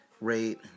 rate